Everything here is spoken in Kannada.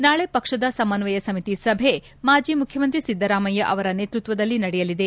ನಾಳೆ ಪಕ್ಷದ ಸಮಸ್ವಯ ಸಮಿತಿ ಸಭೆ ಮಾಜಿ ಮುಖ್ಯಮಂತ್ರಿ ಸಿದ್ದರಾಮಯ್ಯ ಅವರ ನೇತೃತ್ವದಲ್ಲಿ ನಡೆಯಲಿದೆ